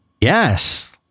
Yes